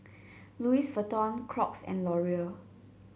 Louis Vuitton Crocs and Laurier